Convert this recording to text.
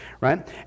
right